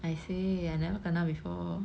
I see I never kena before